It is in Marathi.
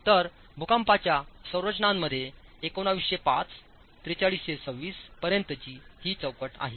तरभूकंपाच्यारचनांमध्ये 1905 4326 पर्यंतची ही चौकटआहे